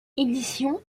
éditions